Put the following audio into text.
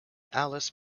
alice